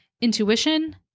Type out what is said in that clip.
intuition